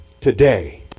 Today